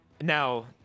Now